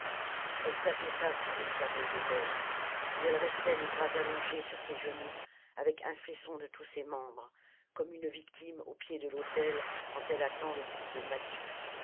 elle s'affaissa sur l'escabeau d'ébène et elle restait les bras allongés sur ses genoux avec un frisson de tous ses membres comme une victime au pied de l'autel quand elle attend le coup de massue